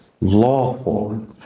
lawful